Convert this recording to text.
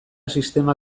sistema